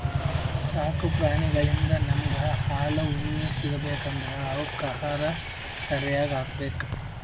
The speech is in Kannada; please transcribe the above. ಸಾಕು ಪ್ರಾಣಿಳಿಂದ್ ನಮ್ಗ್ ಹಾಲ್ ಉಣ್ಣಿ ಸಿಗ್ಬೇಕ್ ಅಂದ್ರ ಅವಕ್ಕ್ ಆಹಾರ ಸರ್ಯಾಗ್ ಹಾಕ್ಬೇಕ್